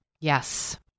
Yes